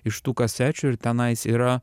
iš tų kasečių ir tenais yra